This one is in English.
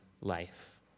life